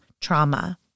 trauma